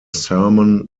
sermon